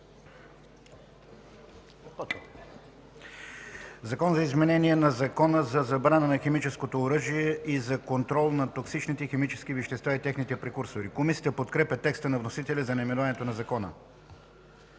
„Закон за изменение на Закона за забрана на химическото оръжие и за контрол на токсичните химически вещества и техните прекурсори”. Комисията подкрепя текста на вносителя за наименованието на Закона.